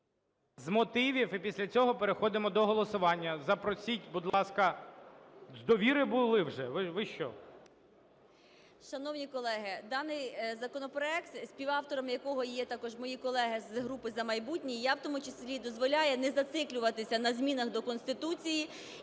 з мотивів. І після цього переходимо до голосування. Запросіть, будь ласка... З "Довіри" були вже, ви що.